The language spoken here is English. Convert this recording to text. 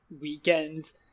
weekends